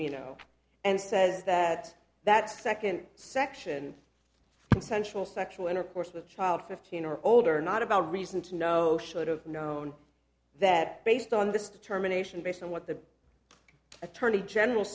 you know and says that that second section consensual sexual intercourse with a child fifteen or older not about reason to know should have known that based on the terminations based on what the attorney general